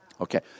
Okay